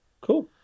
Cool